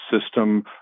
system